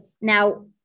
now